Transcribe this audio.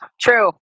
true